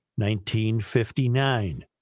1959